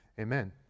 Amen